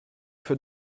für